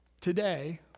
Today